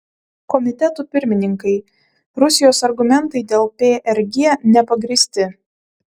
komitetų pirmininkai rusijos argumentai dėl prg nepagrįsti